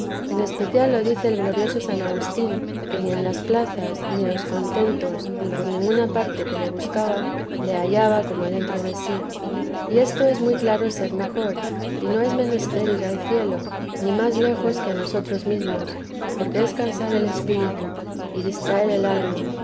en especial lo dice el glorioso san agustín que ni en las plazas ni en los contentos ni por ninguna parte que le buscaba le hallaba como dentro de sí y esto es muy claro ser mejor y no es menester ir al cielo ni más lejos que a nosotros mesmos porque es cansar el espíritu y distraer el alma